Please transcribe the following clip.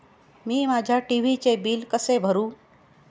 मी माझ्या टी.व्ही चे बिल कसे भरू?